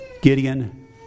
Gideon